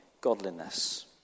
godliness